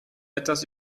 etwas